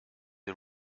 the